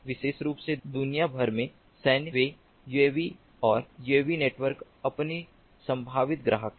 विशेष रूप से दुनिया भर में सैन्य वे यूएवी और यूएवी नेटवर्क के अपने संभावित ग्राहक हैं